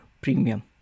premium